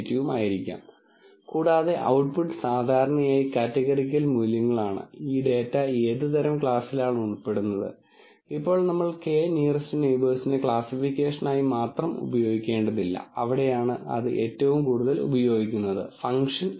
അവിടെ നിങ്ങൾക്ക് ഒരു ഉപകരണം ഉണ്ടായിരിക്കും അത് ഒരു പമ്പ് കംപ്രസർ ഡിസ്റ്റിലെഷൻ കോളം പോലുള്ളവ ആയിരിക്കാം എന്തുമാകട്ടെ തുടർന്ന് അത് എത്ര പവർ വലിച്ചെടുക്കുന്നു എത്ര പെർഫോമൻസ് നൽകുന്നു വൈബ്രേഷൻ ഉണ്ടോ ശബ്ദമുണ്ടോ ഊഷ്മാവ് എത്രയാണ് എന്നിങ്ങനെ നിരവധി ആട്രിബ്യൂട്ടുകളാൽ ആ ഉപകരണത്തിന്റെ പ്രവർത്തനം സവിശേഷമാണ്